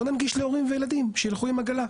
בואו ננגיש להורים וילדים שילכו עם עגלה,